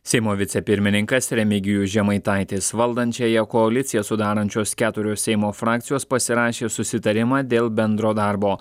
seimo vicepirmininkas remigijus žemaitaitis valdančiąją koaliciją sudarančios keturios seimo frakcijos pasirašė susitarimą dėl bendro darbo